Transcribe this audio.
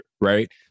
right